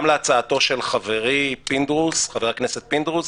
גם להצעתו של חברי חבר הכנסת פינדרוס,